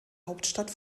hauptstadt